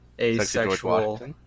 asexual